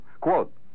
Quote